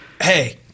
Hey